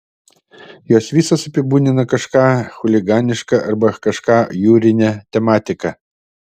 jos visos apibūdina kažką chuliganiška arba kažką jūrine tematika